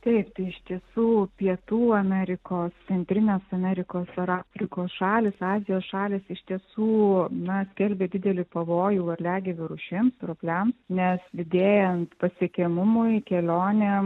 taip tai iš tiesų pietų amerikos centrinės amerikos ar afrikos šalys azijos šalys iš tiesų na skelbia didelį pavojų varliagyvių rūšims ropliams nes didėjant pasiekiamumui kelionėm